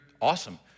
awesome